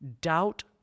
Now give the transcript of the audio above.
Doubt